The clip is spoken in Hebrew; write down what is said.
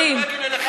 מהמחנה של בגין מזמן.